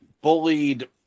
bullied